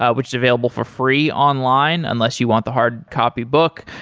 ah which is available for free online, unless you want the hard copy book.